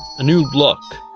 a new look.